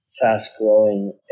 fast-growing